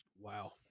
Wow